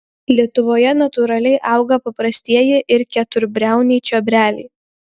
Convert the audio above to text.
lietuvoje natūraliai auga paprastieji ir keturbriauniai čiobreliai